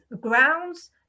grounds